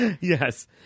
Yes